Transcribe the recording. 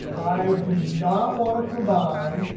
i do not want to combine,